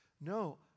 no